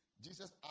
Jesus